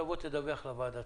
תבוא ותדווח לוועדה,